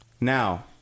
Now